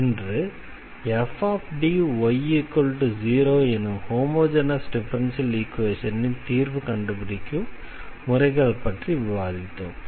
இன்று fDy0 எனும் homogeneous differential ஈக்வேஷனின் தீர்வை கண்டுபிடிக்கும் முறைகள் பற்றி விவாதித்தோம்